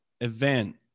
event